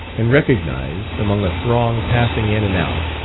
and recognised, among a throng passing in and out,